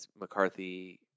McCarthy